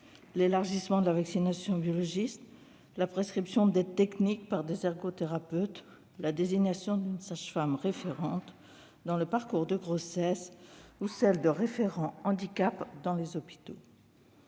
l'élargissement de la vaccination aux biologistes, la prescription d'aides techniques par les ergothérapeutes, la désignation d'une sage-femme référente dans le parcours de grossesse ou celle de référents handicap dans les hôpitaux.